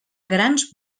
grans